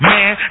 Man